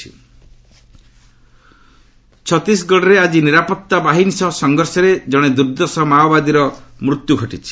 Maoist କ୍ଲି ଛତିଶଗଡ଼ରେ ଆଜି ନିରାପତ୍ତା ବାହିନୀ ସହ ସଂଘର୍ଷରେ ଜଣେ ଦୁର୍ଦ୍ଧଷ ମାଓବାଦୀର ମୃତ୍ୟୁ ଘଟିଛି